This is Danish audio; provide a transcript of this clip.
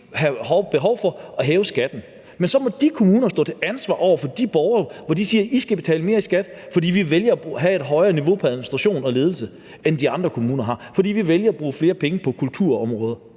have behov for at hæve skatten. Men så må de kommuner stå til ansvar over for de borgere, hvor de siger: I skal betale mere i skat, fordi vi vælger at have et højere niveau til administration og ledelse, end de andre kommuner har; fordi vi vælger at bruge flere penge på kulturområdet.